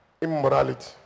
immorality